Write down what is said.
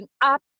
up